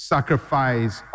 Sacrifice